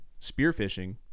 Spearfishing